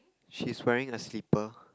she's wearing a slipper